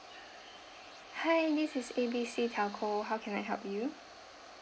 hi this is A B C telco how can I help you